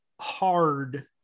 hard